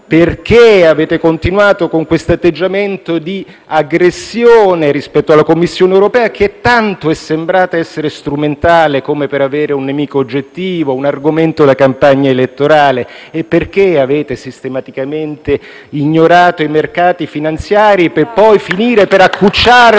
Perché avete continuato con questo atteggiamento di aggressione rispetto alla Commissione europea, che tanto è sembrato essere strumentale, come per avere un nemico oggettivo, un argomento da campagna elettorale? Perché avete sistematicamente ignorato i mercati finanziari per poi finire per accucciarvi